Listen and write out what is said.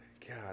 God